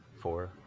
four